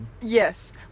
Yes